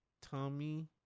Tommy